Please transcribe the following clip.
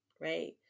right